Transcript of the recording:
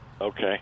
Okay